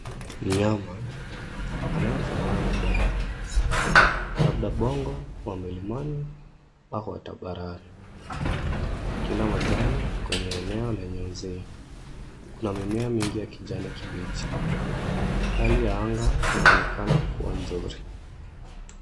Mnyama, anayefanana na bongo, labda bongo wa milimani au hata barani akila majani kwenye eneo la uzio, kuna mimea mingi ya kijani kibichi, hali ya anga inaonekana kuwa mzuri.